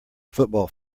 football